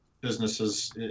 businesses